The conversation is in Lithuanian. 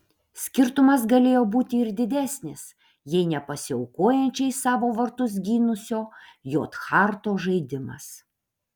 skirtumas galėjo būti ir didesnis jei ne pasiaukojančiai savo vartus gynusio j harto žaidimas